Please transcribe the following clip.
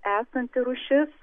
esanti rūšis